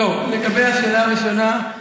לגבי השאלה הראשונה,